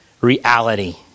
reality